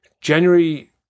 January